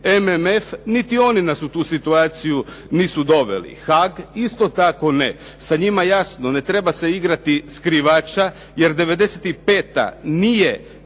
MMF? Niti oni nas u tu situaciju nisu doveli. Haag? Isto tako ne. Sa njima jasno, ne treba se igrati skrivača, jer '95. nije